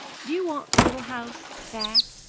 do you want the little house back?